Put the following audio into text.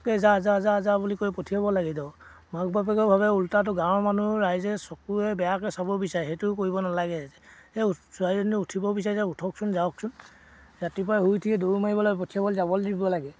এই যা যা যা যা বুলি কৈ পঠিয়াব লাগে ধৰক মাক বাপেকে ভাবে ওলোটাতো গাঁৱৰ মানুহেও ৰাইজে চকুৱে বেয়াকৈ চাব বিচাৰে সেইটোও কৰিব নালাগে এই ছোৱালীজনী উঠিব বিচাৰে যে উঠকচোন যাওকচোন ৰাতিপুৱা শুই উঠিয়ে দৌৰ মাৰিবলৈ পঠিয়াবলৈ যাবলৈ দিব লাগে